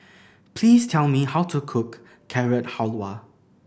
please tell me how to cook Carrot Halwa